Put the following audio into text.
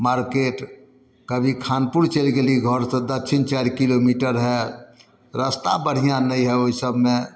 market कभी खानपुर चलि गेली घरसँ दक्षिण चारि किलोमीटर हइ रस्ता बढ़िआँ नहि हइ ओइ सभमे